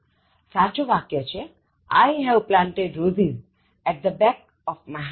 સાચું વાક્ય છે I have planted roses at the back of my house